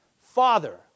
Father